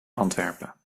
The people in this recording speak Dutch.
antwerpen